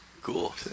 Cool